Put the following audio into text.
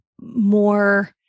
more